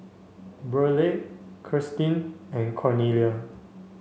Burleigh Kirstin and Cornelia